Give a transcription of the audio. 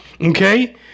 okay